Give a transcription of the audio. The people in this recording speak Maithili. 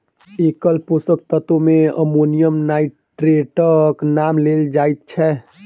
एकल पोषक तत्व मे अमोनियम नाइट्रेटक नाम लेल जाइत छै